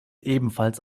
ebenfalls